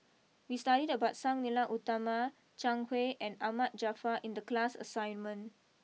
we studied about Sang Nila Utama Zhang Hui and Ahmad Jaafar in the class assignment